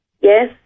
Yes